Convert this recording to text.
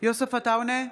יוסף עטאונה,